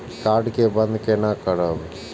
Card के बन्द केना करब?